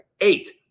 Eight